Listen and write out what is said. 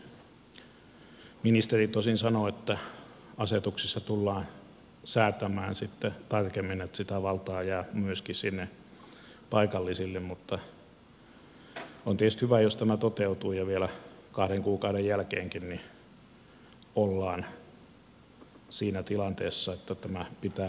ministeri tosin sanoi että asetuksissa tullaan säätämään sitten tarkemmin että sitä valtaa jää myöskin sinne paikallisille mutta on tietysti hyvä jos tämä toteutuu ja vielä kahden kuukauden jälkeenkin ollaan siinä tilanteessa että tämä pitää paikkansa